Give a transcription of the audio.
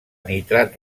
nitrat